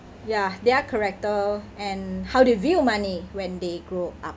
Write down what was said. ya their character and how they view money when they grow up